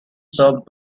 served